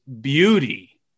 beauty